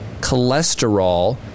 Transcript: cholesterol